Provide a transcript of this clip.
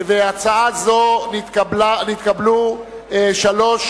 להצעה זו נתקבלו שלוש